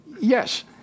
Yes